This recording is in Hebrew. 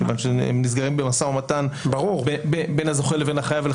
כיוון שהם נסגרים במשא-ומתן בין הזוכה לבין החייב.